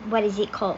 what is it called